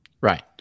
Right